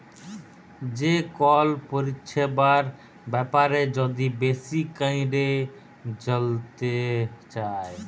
যে কল পরিছেবার ব্যাপারে যদি বেশি ক্যইরে জালতে চায়